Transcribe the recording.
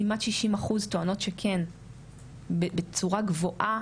כמעט 60 אחוז טוענות שכן בצורה גבוהה,